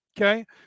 okay